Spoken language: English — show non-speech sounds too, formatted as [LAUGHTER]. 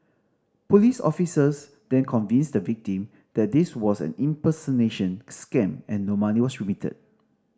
police officers then convinced the victim that this was an impersonation scam and no money was [UNINTELLIGIBLE]